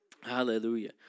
Hallelujah